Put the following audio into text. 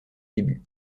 débuts